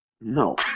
No